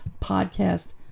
podcast